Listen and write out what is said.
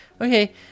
Okay